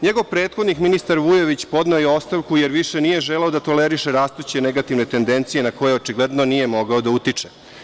NJegov prethodnik ministar Vujović podneo je ostavku jer više nije želeo da toleriše rastuće negativne tendencije na koje očigledno nije mogao da utiče.